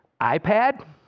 iPad